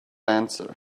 answer